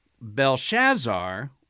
Belshazzar